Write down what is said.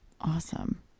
Awesome